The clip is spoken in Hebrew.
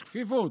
יש כפיפות: